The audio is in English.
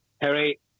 Harry